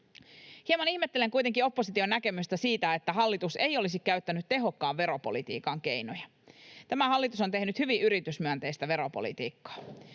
Hieman ihmettelen kuitenkin opposition näkemystä siitä, että hallitus ei olisi käyttänyt tehokkaan veropolitiikan keinoja. Tämä hallitus on tehnyt hyvin yritysmyönteistä veropolitiikkaa.